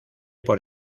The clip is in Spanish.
por